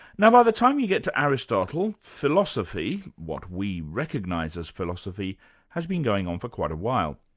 now by the time you get to aristotle, philosophy what we recognise as philosophy has been going on for quite a while,